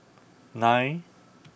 nine